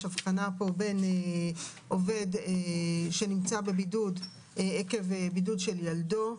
יש הבחנה פה בין עובד שנמצא בבידוד עקב בידוד של ילדו,